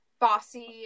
bossy